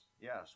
yes